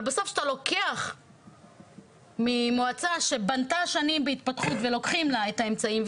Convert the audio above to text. אבל בסוף כשאתה לוקח ממועצה שבנתה שנים בהתפתחות ולוקחים לה את האמצעים,